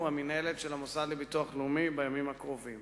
מינהלת המוסד לביטוח לאומי בימים הקרובים.